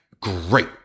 Great